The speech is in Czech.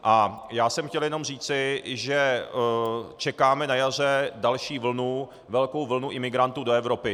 A já jsem chtěl jenom říci, že čekáme na jaře další velkou vlnu imigrantů do Evropy.